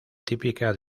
típica